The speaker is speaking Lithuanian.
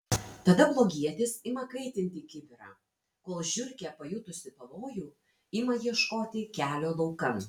tada blogietis ima kaitinti kibirą kol žiurkė pajutusi pavojų ima ieškoti kelio laukan